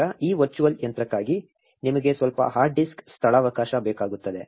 ಈಗ ಈ ವರ್ಚುವಲ್ ಯಂತ್ರಕ್ಕಾಗಿ ನಿಮಗೆ ಸ್ವಲ್ಪ ಹಾರ್ಡ್ ಡಿಸ್ಕ್ ಸ್ಥಳಾವಕಾಶ ಬೇಕಾಗುತ್ತದೆ